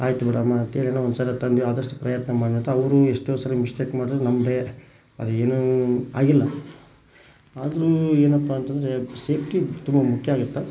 ಆಯ್ತು ಬಿಡಮ್ಮ ಅಂಥೇಳಿ ನಾವು ಒಂದ್ಸಲ ತಂದ್ವಿ ಆದಷ್ಟು ಪ್ರಯತ್ನ ಮಾಡಿ ನೋಡ್ತೀವಿ ಅವರು ಎಷ್ಟೋ ಸಲ ಮಿಸ್ಟೆಕ್ ಮಾಡಿದ್ರೂ ನಮಗೆ ಅದೇನೂ ಆಗಿಲ್ಲ ಆದರೂ ಏನಪ್ಪಾ ಅಂತ ಅಂದ್ರೆ ಸೇಫ್ಟಿ ತುಂಬ ಮುಖ್ಯ ಆಗಿತ್ತು